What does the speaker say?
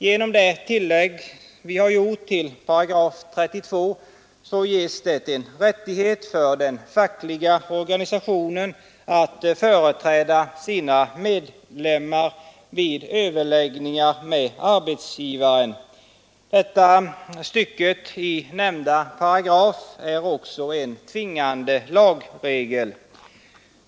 Genom det tillägg vi har gjort till 32 § ges det en rättighet för den fackliga organisationen att företräda sina medlemmar vid överläggningar med arbetsgivaren. Det stycket i nämnda paragraf är också en tvingande lagregel.